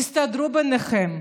תסתדרו ביניכם.